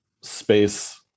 space